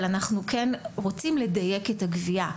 אבל אנחנו כן רוצים לדייק את הגבייה.